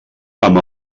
amb